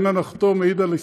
אין הנחתום מעיד על עיסתו,